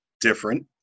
different